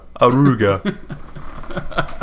Aruga